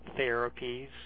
Therapies